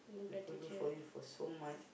people do for you for so much